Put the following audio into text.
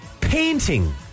painting